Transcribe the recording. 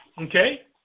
Okay